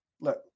Look